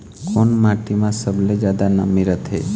कोन माटी म सबले जादा नमी रथे?